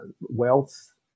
wealth